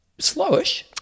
Slowish